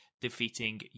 defeating